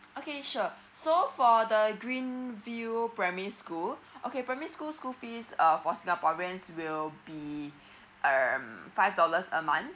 okay sure so for the green view primary school okay primary school school fees uh for singaporeans will be um five dollars a month